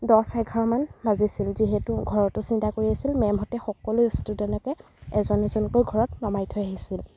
দহ এঘাৰমান বাজিছিল যিহেতু ঘৰতো চিন্তা কৰি আছিল মেমহঁতে সকলো ষ্টুডেণ্টকে এজন এজনকৈ ঘৰত নমাই থৈ আহিছিল